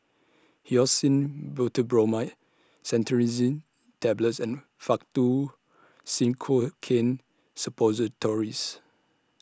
Hyoscine Butylbromide Cetirizine Tablets and Faktu Cinchocaine Suppositories